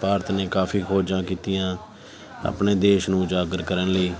ਭਾਰਤ ਨੇ ਕਾਫੀ ਖੋਜਾਂ ਕੀਤੀਆਂ ਆਪਣੇ ਦੇਸ਼ ਨੂੰ ਉਜਾਗਰ ਕਰਨ ਲਈ